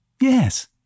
Yes